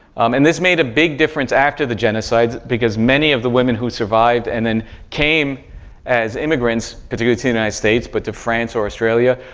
and this made a big difference after the genocide, because many of the women who survived and then came as immigrants, particularly to the united states, but to france or australia,